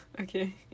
Okay